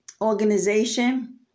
organization